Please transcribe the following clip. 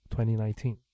2019